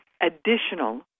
additional